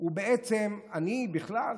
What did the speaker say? הוא בעצם, אני בכלל